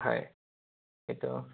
হয় সেইটো